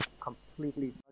completely